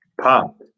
Pop